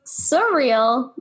surreal